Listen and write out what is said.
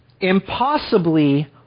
impossibly